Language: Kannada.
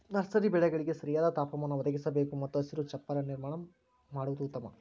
ನರ್ಸರಿ ಬೆಳೆಗಳಿಗೆ ಸರಿಯಾದ ತಾಪಮಾನ ಒದಗಿಸಬೇಕು ಮತ್ತು ಹಸಿರು ಚಪ್ಪರ ನಿರ್ಮಾಣ ಮಾಡುದು ಉತ್ತಮ